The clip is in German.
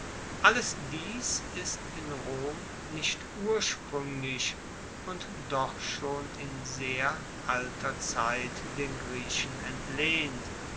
alles dies ist in rom nicht urspruenglich und doch schon in sehr alter zeit den griechen